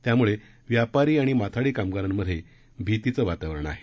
त्यामुळे व्यापारी आणि माथाडी कामगारांमध्ये भितीचं वातावरण आहे